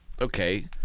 okay